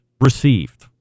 received